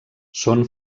són